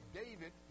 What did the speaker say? david